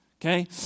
okay